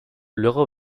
luego